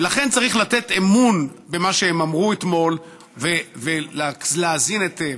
ולכן צריך לתת אמון במה שהם אמרו אתמול ולהאזין היטב.